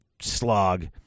slog